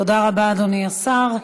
תודה רבה, אדוני השר.